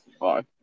Bye